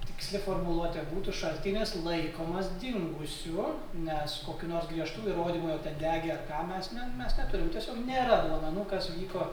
tiksli formuluotė būtų šaltinis laikomas dingusiu nes kokių nors griežtų įrodymų jog ten degė ar ką mes ne mes neturim tiesiog nėra duomenų kas vyko